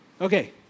Okay